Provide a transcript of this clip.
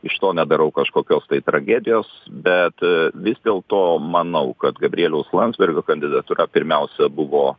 iš to nedarau kažkokios tragedijos bet vis dėlto manau kad gabrieliaus landsbergio kandidatūra pirmiausia buvo